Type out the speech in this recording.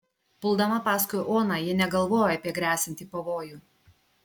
puldama paskui oną ji negalvojo apie gresiantį pavojų